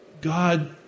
God